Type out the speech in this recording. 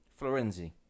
Florenzi